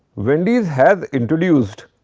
wendy's has introduced